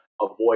avoid